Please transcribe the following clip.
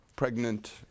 Pregnant